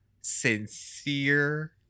sincere